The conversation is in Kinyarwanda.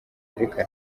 reka